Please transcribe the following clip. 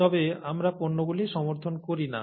তবে আমরা পণ্যগুলি সমর্থন করি না